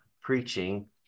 preaching